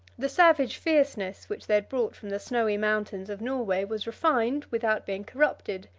the savage fierceness which they had brought from the snowy mountains of norway was refined, without being corrupted,